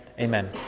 Amen